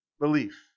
belief